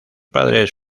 padres